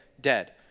dead